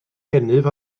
gennyf